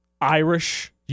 Irish